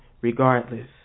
regardless